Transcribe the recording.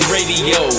Radio